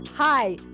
Hi